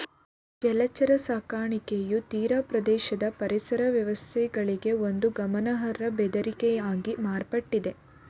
ಜಲಚರ ಸಾಕಣೆಯು ತೀರಪ್ರದೇಶದ ಪರಿಸರ ವ್ಯವಸ್ಥೆಗಳಿಗೆ ಒಂದು ಗಮನಾರ್ಹ ಬೆದರಿಕೆಯಾಗಿ ಮಾರ್ಪಡ್ತಿದೆ